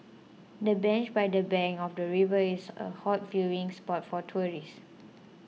the bench by the bank of the river is a hot viewing spot for tourists